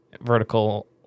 vertical